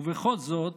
ובכל זאת